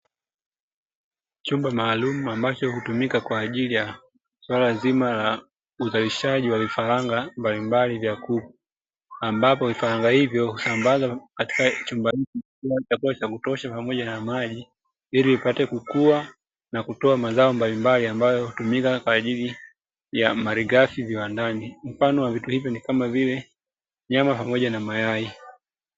Chumba maalum ambacho hutumika kwa ajili ya suala zima la uzalishaji wa vifaranga mbalimbali vya kuku, ambapo vifahanga hivyo ambazo katika chumba cha kutosha pamoja na maji ili ipate kukua na kutoa mazao mbalimbali ambayo hutumika kwa ajili ya malighafi viwandani mfano wa vitu hivyo ni kama vile nyama pamoja na mayai.